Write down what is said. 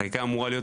חקיקה אמורה להיות,